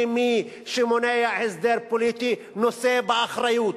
מי שמונע הסדר פוליטי נושא באחריות,